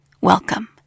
Welcome